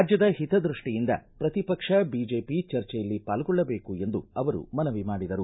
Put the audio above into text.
ರಾಜ್ಯದ ಹಿತದ್ಯಪ್ಪಿಯಿಂದ ಪ್ರತಿಪಕ್ಷ ಬಿಜೆಪಿ ಚರ್ಜೆಯಲ್ಲಿ ಪಾಲ್ಗೊಳ್ಳಬೇಕು ಎಂದು ಅವರು ಮನವಿ ಮಾಡಿದರು